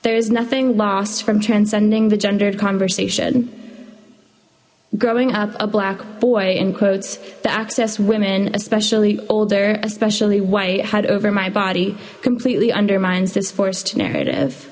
there is nothing lost from transcending the gendered conversation growing up a black boy in quotes the access women especially older as specially whitehead over my body completely undermines this forced narrative